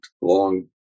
long